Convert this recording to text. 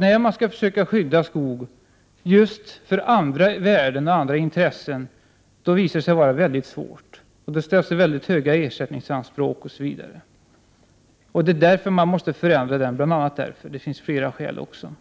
När man vill försöka skydda skogen för dess andra värden och ta till vara andra intressen än behovet av virke, visar sig detta vara mycket svårt. Det ställs väldigt höga ersättningsanspråk osv. Detta är ett av skälen — det finns flera — till att man bör ändra skogsvårdslagen.